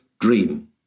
dream